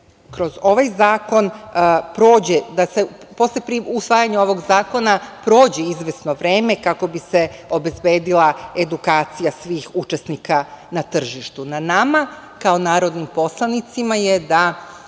ali je važno da se posle usvajanja ovog zakona prođe izvesno vreme kako bi se obezbedila edukacija svih učesnika na tržištu. Na nama, kao narodnim poslanicima je da